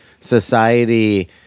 society